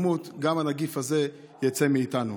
גם הנגיף הזה יצא מאיתנו.